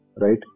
right